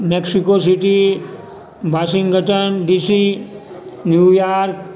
Mexico City Washington D C New York